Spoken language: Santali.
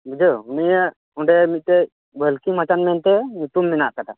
ᱵᱩᱡᱷᱟ ᱣ ᱩᱱᱤᱭᱟᱜ ᱚᱸᱰᱮ ᱢᱤᱫᱴᱟ ᱝ ᱵᱷᱟ ᱞᱠᱤᱢᱟᱪᱟ ᱢᱮᱱᱛᱮ ᱧᱩᱛᱩᱢ ᱢᱮᱱᱟᱜ ᱟᱠᱟᱫᱟ